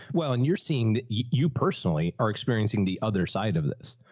well, and you're seeing that you personally are experiencing the other side of this,